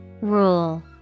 Rule